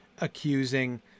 accusing